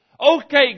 okay